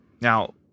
Now